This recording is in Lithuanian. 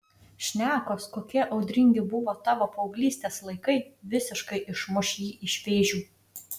šnekos kokie audringi buvo tavo paauglystės laikai visiškai išmuš jį iš vėžių